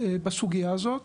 בסוגיה הזאת,